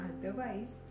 Otherwise